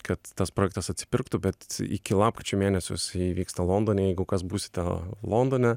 kad tas projektas atsipirktų bet iki lapkričio mėnesio jisai vyksta londone jeigu kas būsite londone